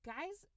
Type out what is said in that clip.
Guys